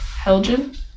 Helgen